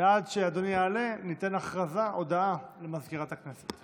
ועד שאדוני יעלה ניתן הודעה למזכירת הכנסת.